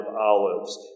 Olives